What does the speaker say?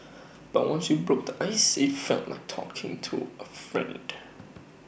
but once we broke the ice IT felt like talking to A friend